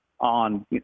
on